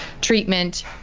treatment